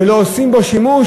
ולא עושים בו שימוש,